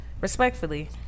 Respectfully